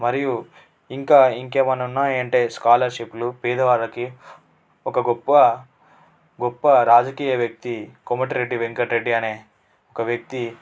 మరియు ఇంకా ఇంకేమన్నా ఉన్నాయంటే స్కాలర్షిప్లు పేదవాళ్ళకి ఒక గొప్ప గొప్ప రాజకీయ వ్యక్తి కోమటిరెడ్డి వెంకటరెడ్డి అనే ఒక వ్యక్తి